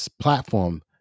platform